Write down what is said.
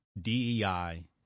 DEI